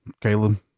Caleb